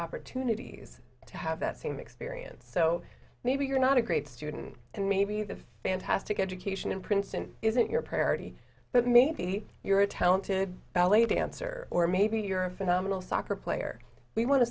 opportunities to have that same experience so maybe you're not a great student and maybe the fantastic education in princeton isn't your priority but maybe you're a talented ballet dancer or maybe you're a phenomenal soccer player we want to